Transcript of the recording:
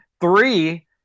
Three